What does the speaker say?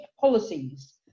policies